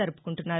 జరుపుకుంటున్నారు